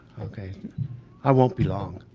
okay i won't be long.